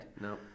No